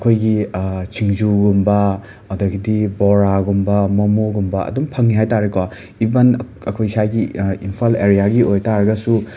ꯑꯩꯈꯣꯏꯒꯤ ꯁꯤꯡꯖꯨꯒꯨꯝꯕ ꯑꯗꯒꯤꯗꯤ ꯔꯣꯔꯥꯒꯨꯝꯕ ꯃꯣꯃꯣꯒꯨꯝꯕ ꯑꯗꯨꯝ ꯐꯪꯉꯦ ꯍꯥꯏꯇꯥꯔꯦꯀꯣ ꯏꯕꯅ ꯑꯩꯈꯣꯏ ꯁꯥꯏꯒꯤ ꯏꯝꯐꯥꯜ ꯑꯦꯔꯤꯌꯥꯒꯤ ꯑꯣꯏꯇꯥꯔꯒꯁꯨ